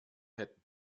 hätten